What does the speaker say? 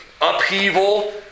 upheaval